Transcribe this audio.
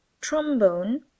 trombone